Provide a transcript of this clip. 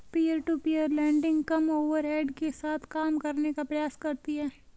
peer to peer lending कम overhead के साथ काम करने का प्रयास करती हैं